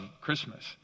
Christmas